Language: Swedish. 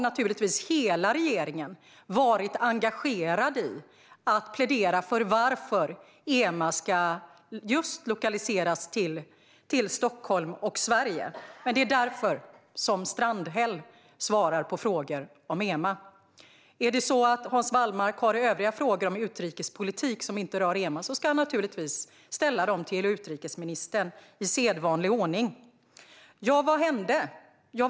Naturligtvis har hela regeringen varit engagerad i att plädera för varför EMA ska lokaliseras till just Sverige och Stockholm, men det är därför som Strandhäll svarar på frågor om EMA. Är det så att Hans Wallmark har övriga frågor om utrikespolitik som inte rör EMA ska han naturligtvis ställa dem till utrikesministern i sedvanlig ordning. Ja, vad hände?